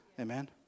Amen